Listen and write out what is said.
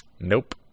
nope